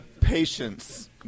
patience